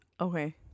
okay